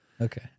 Okay